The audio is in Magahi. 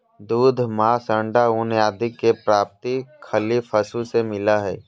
दूध, मांस, अण्डा, ऊन आदि के प्राप्ति खली पशु से मिलो हइ